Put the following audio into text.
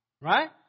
right